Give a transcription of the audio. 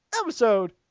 episode